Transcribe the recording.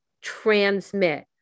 transmit